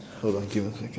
hold on give me one second